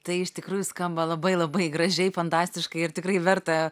tai iš tikrųjų skamba labai labai gražiai fantastiškai ir tikrai verta